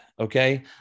okay